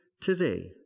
today